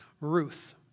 Ruth